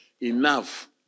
enough